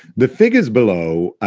the figures below,